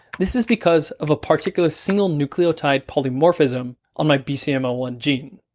this is because of a particular single nucleotide polymorphism on my b c m o one gene.